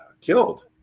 killed